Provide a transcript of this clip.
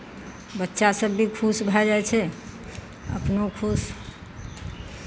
बच्चासभ भी खुश भऽ जाइ छै अपनो खुश